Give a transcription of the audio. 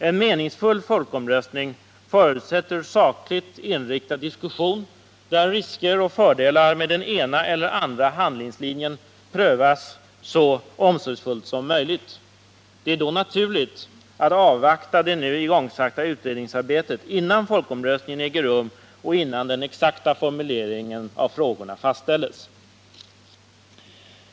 En meningsfull folkomröstning förutsätter sakligt inriktad diskussion, där risker och fördelar med den ena eller andra handlingslinjen prövas så omsorgsfullt som möjligt. Det är då naturligt att avvakta det nu igångsatta utredningsarbetet innan folkomröstningen äger rum och innan den exakta formuleringen av frågorna fastställes.